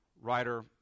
writer